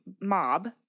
Mob